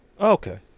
Okay